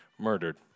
murdered